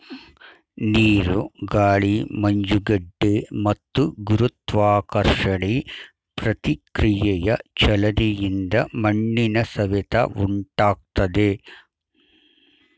ನೀರು ಗಾಳಿ ಮಂಜುಗಡ್ಡೆ ಮತ್ತು ಗುರುತ್ವಾಕರ್ಷಣೆ ಪ್ರತಿಕ್ರಿಯೆಯ ಚಲನೆಯಿಂದ ಮಣ್ಣಿನ ಸವೆತ ಉಂಟಾಗ್ತದೆ